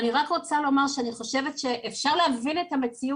אני רק רוצה לומר שאני חושבת שאפשר להבין את המציאות,